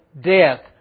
death